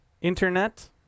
Internet